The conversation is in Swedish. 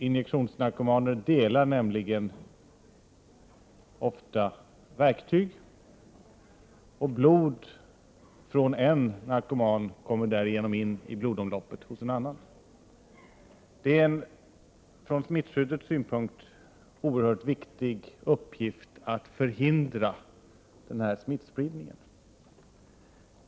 Injektionsnarkomaner delar nämligen ofta verktyg, och blod från en narkoman kommer därigenom in i blodomloppet hos en annan. Det är en från smittskyddssynpunkt oerhört viktig uppgift att förhindra denna smittspridning.